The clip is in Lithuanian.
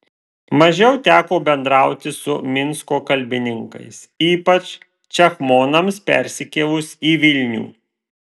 mažiau teko bendrauti su minsko kalbininkais ypač čekmonams persikėlus į vilnių